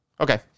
okay